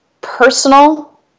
personal